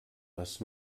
was